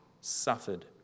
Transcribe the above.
suffered